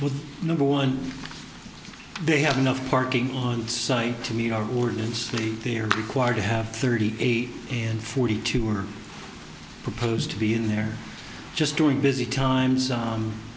with number one they have enough parking on site to meet our ordinance they are required to have thirty eight and forty two were proposed to be in there just during busy times